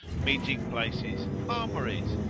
meeting places, armouries,